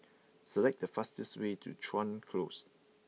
select the fastest way to Chuan Close